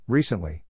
Recently